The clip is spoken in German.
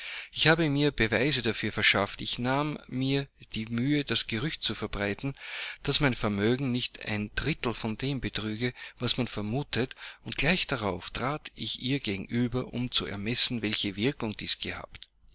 ich habe mir beweise dafür verschafft ich nahm mir die mühe das gerücht zu verbreiten daß mein vermögen nicht ein drittel von dem betrüge was man vermutet und gleich darauf trat ich ihr gegenüber um zu ermessen welche wirkung dies gehabt